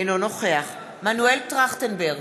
אינו נוכח מנואל טרכטנברג,